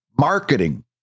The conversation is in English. marketing